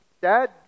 Dad